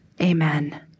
Amen